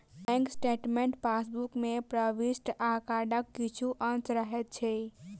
bank statement passbook मे प्रविष्ट आंकड़ाक किछु अंश रहैत अछि